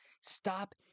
stop